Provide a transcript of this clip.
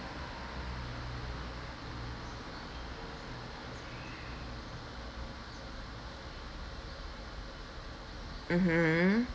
mmhmm